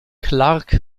clark